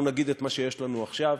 אנחנו נגיד את מה שיש לנו עכשיו,